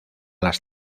las